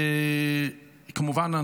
וכמובן,